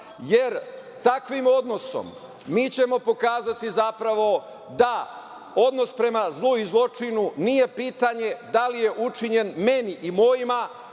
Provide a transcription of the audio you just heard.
jer takvim odnosom mi ćemo pokazati zapravo da odnos prema zlu i zločinu nije pitanje da li je učinjen meni i mojima,